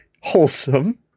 wholesome